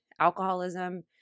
alcoholism